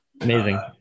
Amazing